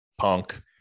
punk